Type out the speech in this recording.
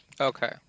Okay